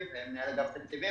כמה אתה מעריך שנצטרך עכשיו,